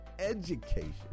education